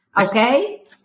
Okay